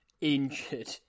injured